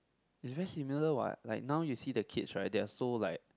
is very similar what like now you see the kids right they are so like